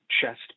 chest